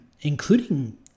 including